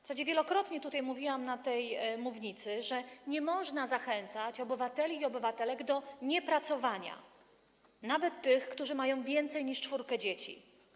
Wielokrotnie mówiłam tutaj, na tej mównicy, że nie można zachęcać obywateli i obywatelek do niepracowania, nawet tych, którzy mają więcej niż czwórkę dzieci.